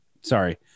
sorry